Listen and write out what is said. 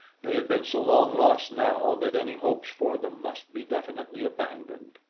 they had been so long lost now that any hopes for them must be definitely abandoned.